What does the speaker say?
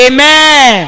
Amen